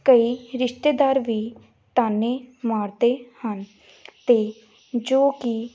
ਕਈ ਰਿਸ਼ਤੇਦਾਰ ਵੀ ਤਾਨੇ ਮਾਰਦੇ ਹਨ ਅਤੇ ਜੋ ਕਿ